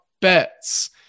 bets